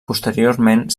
posteriorment